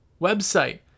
Website